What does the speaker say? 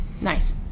Nice